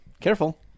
Careful